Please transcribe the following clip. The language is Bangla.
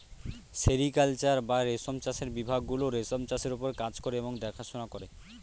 সেরিকালচার বা রেশম চাষের বিভাগ গুলো রেশম চাষের ওপর কাজ করে এবং দেখাশোনা করে